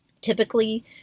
Typically